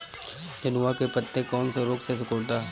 नेनुआ के पत्ते कौने रोग से सिकुड़ता?